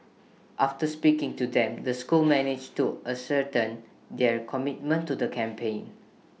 after speaking to them the school managed to ascertain their commitment to the campaign